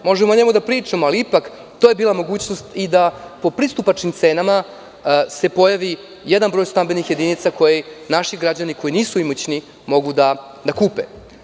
Možemo o njemu da pričamo, ali to je bila mogućnost da se po pristupačnim cenama pojavi jedan broj stambenih jedinica koje naši građani, koji nisu imućni, mogu da kupe.